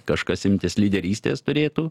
kažkas imtis lyderystės turėtų